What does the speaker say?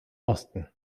osten